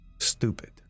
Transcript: stupid